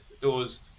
doors